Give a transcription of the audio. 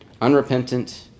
unrepentant